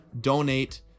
donate